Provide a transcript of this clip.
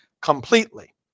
completely